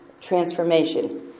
Transformation